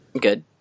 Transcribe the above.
Good